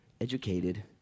educated